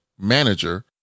manager